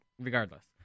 regardless